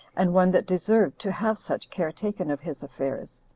and one that deserved to have such care taken of his affairs.